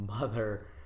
mother